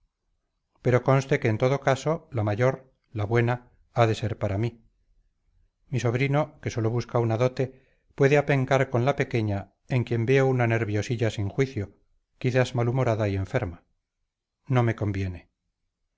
pero conste que en todo caso la mayor la buena ha de ser para mí mi sobrino que sólo busca una dote puede apencar con la pequeña en quien veo una nerviosilla sin juicio quizás malhumorada y enferma no me conviene